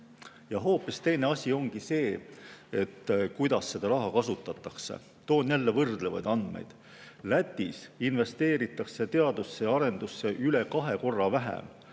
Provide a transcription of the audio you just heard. Hoopis teine asi on see, kuidas seda raha kasutatakse. Toon jälle võrdlevaid andmeid. Lätis investeeritakse teadusesse ja arendusse üle kahe korra vähem